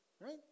Right